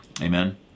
Amen